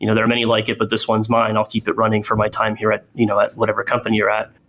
you know there are many like it, but this one's mine. i'll keep it running for my time here at you know at whatever company you're at.